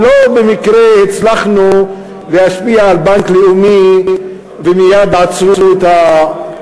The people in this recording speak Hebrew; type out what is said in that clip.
ולא במקרה הצלחנו להשפיע על בנק לאומי ומייד עצרו את הסדר החוב,